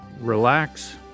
Relax